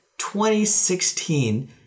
2016